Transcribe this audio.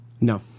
No